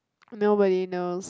nobody knows